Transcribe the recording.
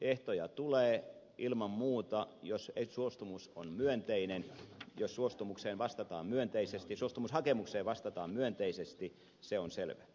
ehtoja tulee ilman muuta jossa ei suostumus on myönteinen jos suostumushakemukseen vastataan myönteisesti se on selvä